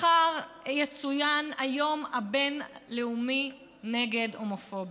מחר יצוין היום הבין-לאומי נגד הומופוביה.